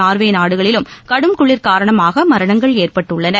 Norway நாடுகளிலும் கடும் குளிர் காரணமான மரணங்கள் ஏற்பட்டுள்ளன